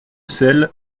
sel